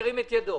ירים את ידו.